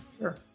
Sure